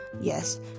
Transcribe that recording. Yes